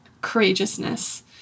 courageousness